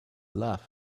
laugh